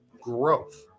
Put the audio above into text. growth